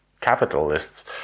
capitalists